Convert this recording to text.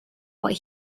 what